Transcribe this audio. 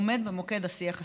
עומד במוקד השיח הסביבתי.